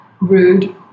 rude